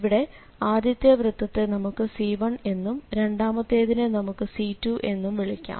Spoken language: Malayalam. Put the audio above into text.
ഇവിടെ ആദ്യത്തെ വൃത്തത്തെ നമുക്ക് C1 എന്നും രണ്ടാമത്തേതിനെ നമുക്ക് C2 എന്നും വിളിക്കാം